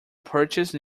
purchase